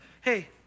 Hey